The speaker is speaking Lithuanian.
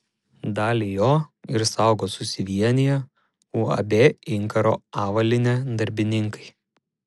dalį jo ir saugo susivieniję uab inkaro avalynė darbininkai